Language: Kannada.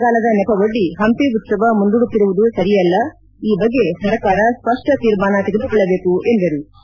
ಬರಗಾಲದ ನೆಪವೊಡ್ಡಿ ಹಂಪಿ ಉತ್ಸವ ಮುಂದೂಡುತ್ತಿರುವುದು ಸರಿಯಲ್ಲ ಈ ಬಗ್ಗೆ ಸರ್ಕಾರ ಸ್ಪಷ್ಟ ತೀರ್ಮಾನ ತೆಗೆದುಕೊಳ್ಳಬೇಕು ಎಂದರು